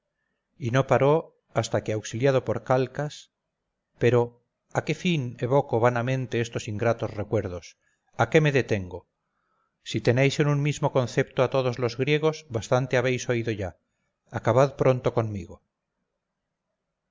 y no paró hasta que auxiliado por calcas pero a qué fin evoco vanamente estos ingratos recuerdos a qué me detengo si tenéis en un mismo concepto a todos los griegos bastante habéis oído ya acabad pronto conmigo